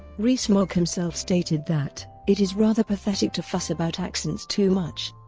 rees-mogg himself stated that it is rather pathetic to fuss about accents too much,